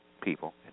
people